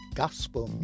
gospel